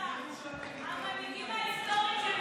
המנהיגים ההיסטוריים של מפלגת,